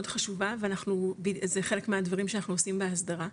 חשובה וזה חלק מהדברים שאנחנו עושים בהסדרה,